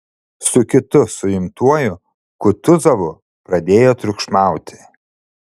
su kitu suimtuoju kutuzovu pradėjo triukšmauti